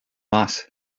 mas